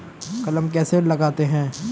कलम कैसे लगाते हैं?